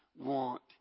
want